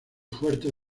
fuertes